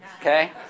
Okay